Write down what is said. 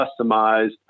customized